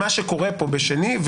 מה שקורה פה בשני,